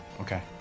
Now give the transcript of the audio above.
Okay